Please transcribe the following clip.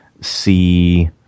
see